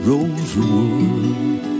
Rosewood